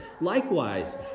likewise